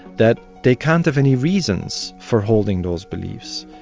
that they can't have any reasons for holding those beliefs,